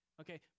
Okay